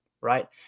right